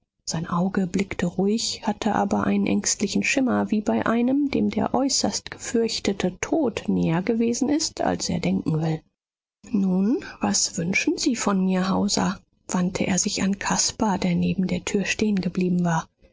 sein auge blickte ruhig hatte aber einen ängstlichen schimmer wie bei einem dem der äußerst gefürchtete tod näher gewesen ist als er denken will nun was wünschen sie von mir hauser wandte er sich an caspar der neben der tür stehengeblieben war